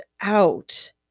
out